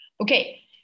Okay